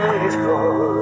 Faithful